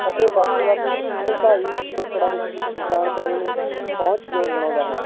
ਅਤੇ ਵੱਖ ਵੱਖ ਭਾਸ਼ਾਈ ਪਿਛੋਕੜਾਂ ਵਿੱਚ ਜਾਣਕਾਰੀ ਨੂੰ ਪਹੁੰਚਯੋਗ ਬਣਾਉਂਦਾ ਹੈ